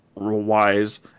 wise